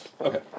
Okay